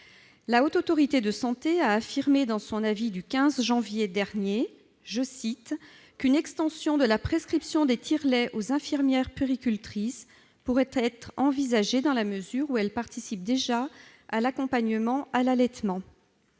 La Haute Autorité de santé a affirmé, dans son avis du 15 janvier dernier, « qu'une extension de la prescription [des tire-laits] aux infirmières puéricultrices pourrait être envisagée dans la mesure où elles participent déjà à l'accompagnement à l'allaitement ».